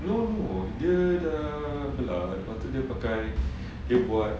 no no dia dah belah lepas tu dia pakai dia buat